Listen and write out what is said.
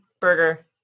burger